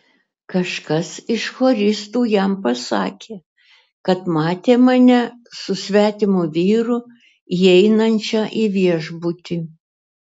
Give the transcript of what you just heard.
kažkas iš choristų jam pasakė kad matė mane su svetimu vyru įeinančią į viešbutį